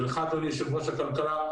ולך אדוני יושב-ראש ועדת הכלכלה,